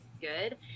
good